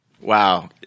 Wow